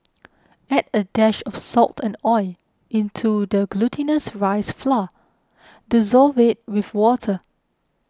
add a dash of salt and oil into the glutinous rice flour dissolve it with water